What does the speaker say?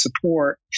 support